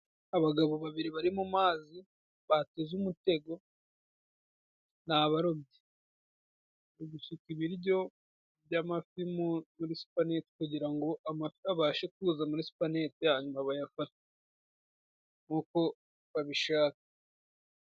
abagabo babiri bari mu mazi; bateze umutego ni abarobyi; barigusuka ibiryo by'amafi muri supaneti kugira ngo amafi abashe kuza muri supaneti hanyuma bayafate nkuko babishaka.